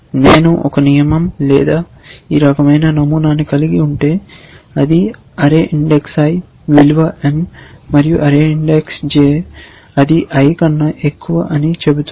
నేను ఒక నియమం లేదా ఈ రకమైన నమూనాను కలిగి ఉంటే ఇది అర్రే ఇండెక్స్ i విలువ n మరియు అర్రే ఇండెక్స్ j i కన్నా ఎక్కువ అని చెబుతుంది